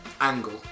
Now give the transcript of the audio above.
Angle